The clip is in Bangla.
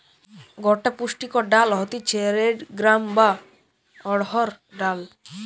গটে পুষ্টিকর ডাল হতিছে রেড গ্রাম বা অড়হর ডাল